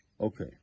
okay